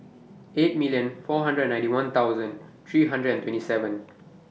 eight million four hundred and ninety one thousand three hundred and twenty seven